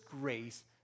grace